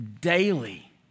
daily